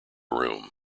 room